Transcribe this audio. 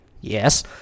Yes